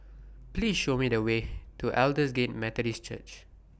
Please Show Me The Way to Aldersgate Methodist Church